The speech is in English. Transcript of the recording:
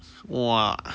!wah!